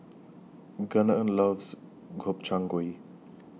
Gunnar loves Gobchang Gui